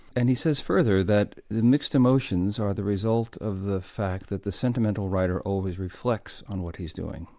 and he says further that mixed emotions are the result of the fact that the sentimental writer always reflects on what he's doing,